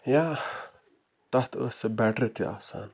یا تتھ ٲس سۄ بیٹری تہِ آسان